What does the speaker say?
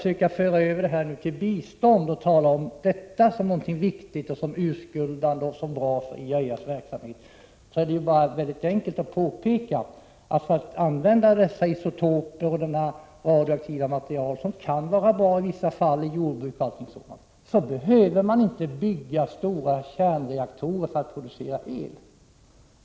När det i detta sammanhang urskuldande talas om bistånd och att detta är bra för IAEA:s verksamhet, är det mycket enkelt att påpeka att användandet av isotoper och annat radioaktivt material, som kan vara till gagn inom exempelvis jordbruket, inte förutsätter att man bygger stora kärnreaktorer.